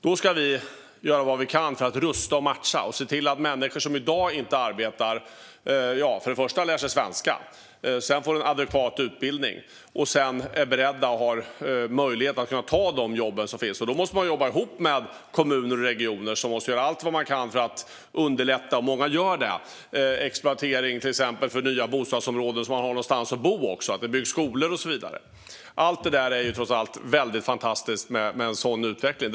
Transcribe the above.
Då ska vi göra vad vi kan för att rusta, matcha och se till att människor som i dag inte arbetar för det första lär sig svenska, för det andra får en adekvat utbildning och för det tredje är beredda och har möjlighet att ta de jobb som finns. Då måste man jobba ihop med kommuner och regioner och göra allt man kan för att underlätta. Många gör det. Det handlar till exempel om exploatering för nya bostadsområden, så att människor har någonstans att bo. Det måste byggas skolor och så vidare. Allt detta är fantastiskt med en sådan utveckling.